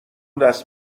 دست